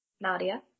Nadia